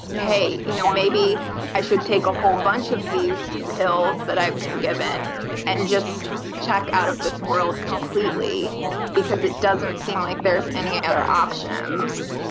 hey, you know maybe i should take a whole bunch of these pills that i've been given and just check out of this world completely because it doesn't seem like there's any other options.